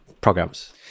programs